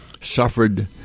suffered